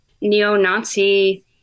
neo-Nazi